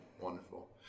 Wonderful